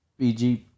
BG